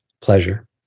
Pleasure